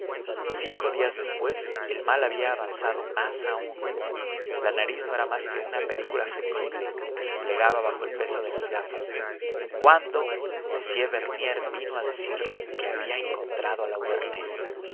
cinco días después el mal había avanzado más aun la nariz no era más que una película flexible que se plegaba bajo el peso de las gafas cuando m bernier vino a decirle que había encontrado al